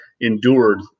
endured